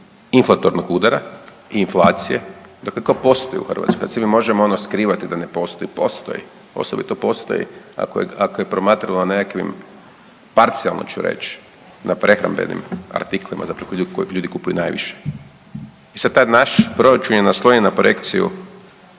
inflatornog udara i inflacije, dakle kao .../Govornik se ne razumije./... kad se mi možemo ono skrivati da ne postoji, postoji, osobito postoji ako je promatramo nekakvim, parcijalno ću reći, na prehrambenim artiklima .../Govornik se ne razumije./... ljudi kupuju najviše i sad taj naš Proračun je naslonjen projekciju